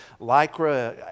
lycra